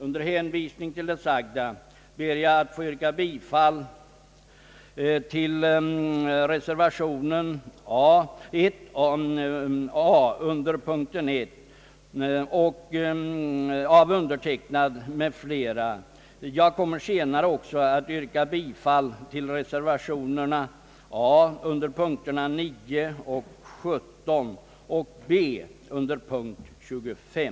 Under hänvisning till det sagda ber jag att under punkt 1 få yrka bifall till reservation a av undertecknad m.fl. Jag kommer senare också att yrka bifall till reservationerna a under punkterna 9 och 17 samt till b under punkt 25.